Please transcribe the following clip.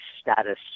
status